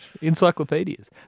encyclopedias